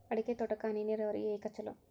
ಅಡಿಕೆ ತೋಟಕ್ಕ ಹನಿ ನೇರಾವರಿಯೇ ಯಾಕ ಛಲೋ?